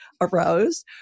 arose